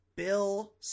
Bill